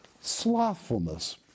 slothfulness